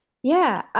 yeah.